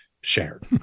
shared